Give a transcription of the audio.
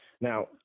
Now